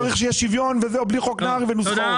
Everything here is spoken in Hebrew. צריך שיהיה שוויון בלי חוק נהרי ובלי נוסחאות.